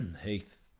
Heath